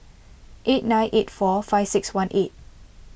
eight nine eight four five six one eight